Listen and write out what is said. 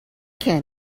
can